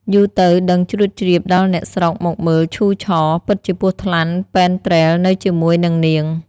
យូរទៅដឹងជ្រួតជ្រាបដល់អ្នក ស្រុកមកមើលឈូរឆរ ពិតជាពស់ថ្លាន់ពេនទ្រេលនៅជាមួយនិងនាង។